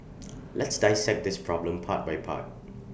let's dissect this problem part by part